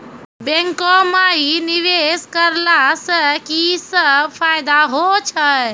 बैंको माई निवेश कराला से की सब फ़ायदा हो छै?